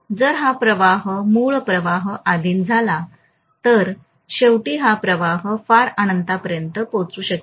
जर हा प्रवाह मूळ प्रवाहात अधीन झाला तर शेवटी हा प्रवाह फार अनंतपर्यंत पोचू शकेल